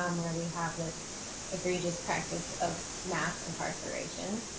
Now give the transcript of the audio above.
um where we have this egregious practice of mass incarceration.